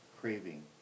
craving